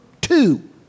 two